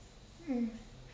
mm